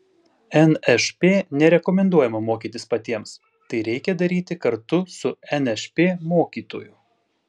nšp nerekomenduojama mokytis patiems tai reikia daryti kartu su nšp mokytoju